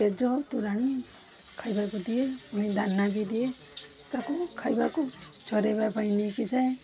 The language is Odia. ପେଜ ତୋରାଣୀ ଖାଇବାକୁ ଦିଏ ଦାନା ବି ଦିଏ ତାକୁ ଖାଇବାକୁ ଚରେଇବା ପାଇଁ ନେଇକି ଯାଏ